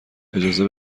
اجازه